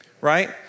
right